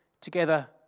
together